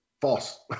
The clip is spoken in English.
false